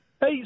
Hey